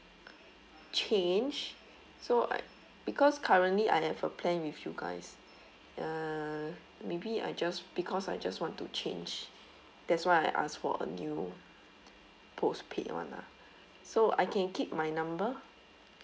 change so I because currently I have a plan with you guys uh maybe I just because I just want to change that's why I asked for a new postpaid one lah so I can keep my number